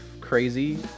crazy